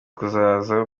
kuzaza